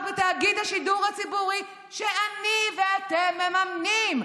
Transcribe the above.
בתאגיד השידור הציבור שאני ואתם מממנים,